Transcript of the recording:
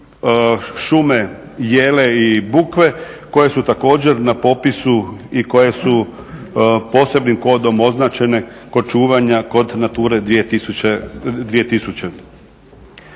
šume jele i bukve koje su također na popisu i koje su posebnim kodom označene kod čuvanja kod Nature 2000.